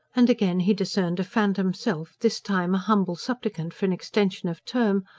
and again he discerned a phantom self, this time a humble supplicant for an extension of term,